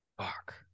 Fuck